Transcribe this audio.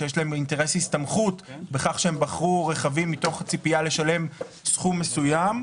שיש להם אינטרס הסתמכות בכך שבחרו רכבים מתוך ציפייה לשלם סכום מסוים,